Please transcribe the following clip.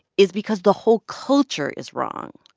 is because the whole culture is wrong.